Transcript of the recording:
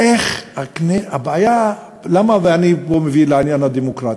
למה אני מביא כאן לעניין הדמוקרטי?